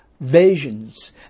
Visions